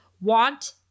Want